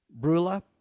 Brula